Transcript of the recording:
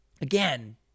again